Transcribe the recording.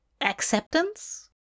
acceptance